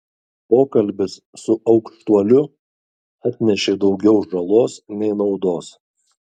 pokalbis su aukštuoliu atnešė daugiau žalos nei naudos